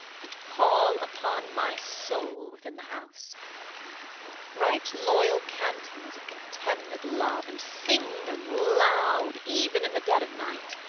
and call upon my soul within the house write loyal cantons of contemned love, and sing them loud even in the dead of night